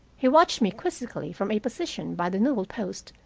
he watched me quizzically from a position by the newelpost,